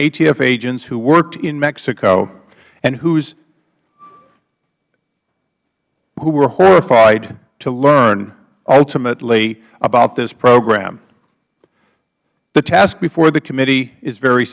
atf agents who worked in mexico and who were horrified to learn ultimately about this program the task before the committee is very